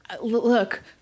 Look